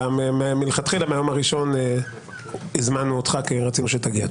אלא מלכתחילה מהיום הראשון הזמנו אותך כי רצינו שתגיע.